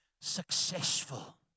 successful